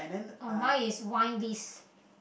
uh mine is wine list